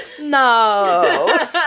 No